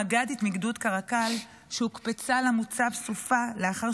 המג"דית מגדוד קרקל שהוקפצה למוצב סופה לאחר